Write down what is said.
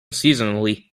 seasonally